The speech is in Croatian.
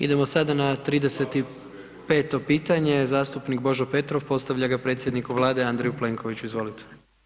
Idemo sada na 35. pitanje, zastupnik Božo Petrov postavlja ga predsjedniku Vlade Andreju Plenkoviću, izvolite.